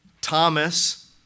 Thomas